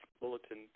bulletin